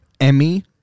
Emmy